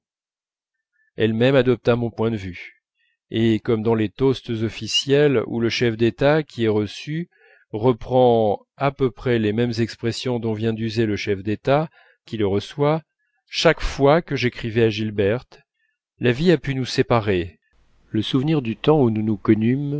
elle-même adopta mon point de vue et comme dans les toasts officiels où le chef d'état qui est reçu reprend peu à peu les mêmes expressions dont vient d'user le chef d'état qui le reçoit chaque fois que j'écrivais à gilberte la vie a pu nous séparer le souvenir du temps où nous nous connûmes